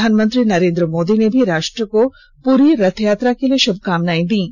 प्रधानमंत्री नरेन्द्र मोदी ने भी राष्ट्र को पुरी रथयात्रा के लिए शभकामनाएं दी हैं